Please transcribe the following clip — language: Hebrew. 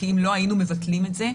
כי אם לא, היינו מבטלים את זה.